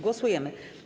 Głosujemy.